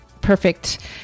perfect